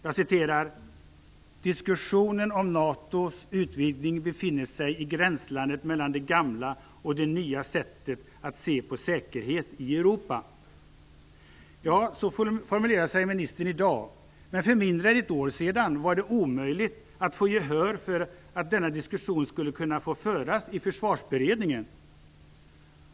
Jag citerar: "Diskussionen om NATO:s utvidgning befinner sig i gränslandet mellan det gamla och det nya sättet att se på säkerhet i Europa". Ja, så formulerar sig ministern i dag. Men för mindre än ett år sedan var det omöjligt att få gehör för att denna diskussion skulle kunna få föras i Försvarsberedningen.